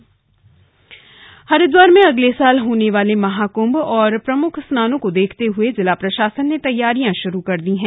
क्म्भ मेला हरिद्वार में अगले साल होने वाले महाकुंभ और प्रमुख स्नानों को देखते हुए जिला प्रशासन ने तैयारियां शुरू कर दी है